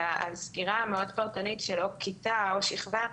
אלא על סגירה מאוד פרטנית של או כיתה או שכבה,